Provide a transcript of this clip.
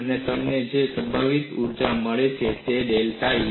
અને તમને જે સંભવિત ઊર્જા મળે છે તે ડેલ્ટા u